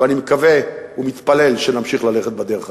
ואני מקווה ומתפלל שנמשיך ללכת בדרך הזאת.